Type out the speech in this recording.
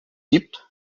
gibt